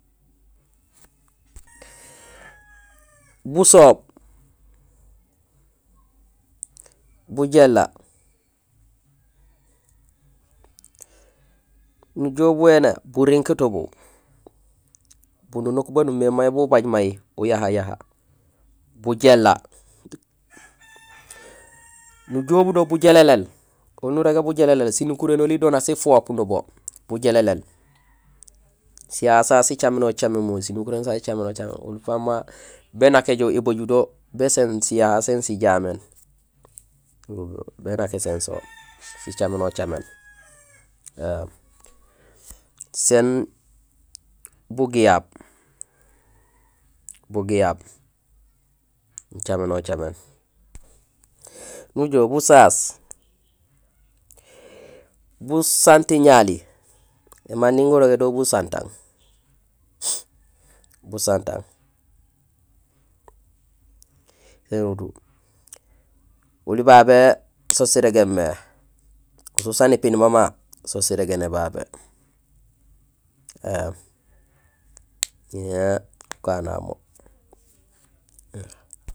Busoob, bujééla, nujool bun indé, burinkiit ubu, bununuk baan umimé may bubaaj may ujahajaha, bujééla, nujoow budo bujéléléél; oli nurégé bujéléléél; sinukuréén oli do nak sifoop nubo, bujéléléél; siyaha sasu sicaménocaméén memeek; sinukuréén sa sicaménocaméén, oli fang ma bénak éjoow ébajul do béséén siyaha sén sijaméén, bénak éséén so, sicaménocaméén éém, sén gugiyaab, bugiyaab; nicaménocaméén, nujool busaas, busantiñali, émanding gurogé do busantang, busantang, oli babé so sirégéén mé; so saan ipiin mama, so sirégéné babé éém ñé ukana mo